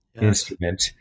instrument